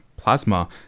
Plasma